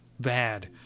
bad